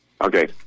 Okay